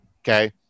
Okay